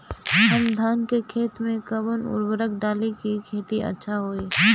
हम धान के खेत में कवन उर्वरक डाली कि खेती अच्छा होई?